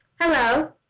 Hello